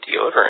deodorant